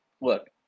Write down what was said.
look